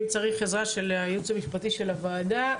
אם צריך עזרה של הייעוץ המשפטי של הוועדה,